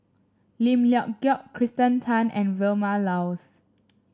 Lim Leong Geok Kirsten Tan and Vilma Laus